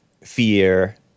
fear